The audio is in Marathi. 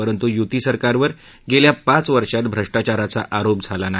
परंतु युती सरकारवर गेल्या पाच वर्षात भ्रष्टाचाराचा आरोप झाला नाही